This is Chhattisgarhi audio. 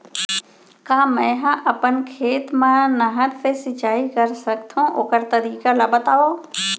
का मै ह अपन खेत मा नहर से सिंचाई कर सकथो, ओखर तरीका ला बतावव?